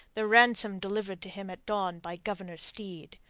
the ransom delivered to him at dawn by governor steed.